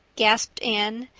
gasped anne,